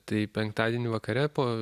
tai penktadienį vakare po